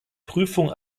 prüfung